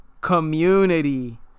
community